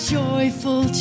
joyful